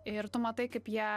ir tu matai kaip jie